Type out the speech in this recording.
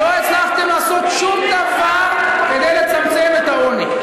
לא הצלחתם לעשות שום דבר כדי לצמצם את העוני.